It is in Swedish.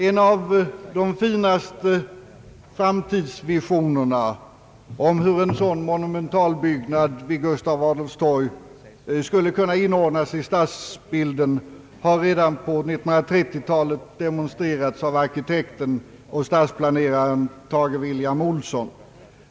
En bland de finaste framtidsvisionerna av hur en sådan momumentalbyggnad vid Gustav Adolfs torg skulle kunna inordnas i stadsbilden har redan på 1930-talet demonstrerats av arkitekten och stadsplaneraren Tage William-Olsson.